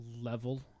level